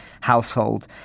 household